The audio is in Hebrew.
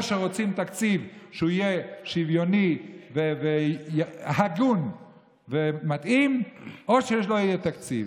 או שרוצים תקציב שיהיה שוויוני והגון ומתאים או שלא יהיה תקציב.